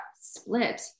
split